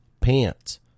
pants